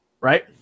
Right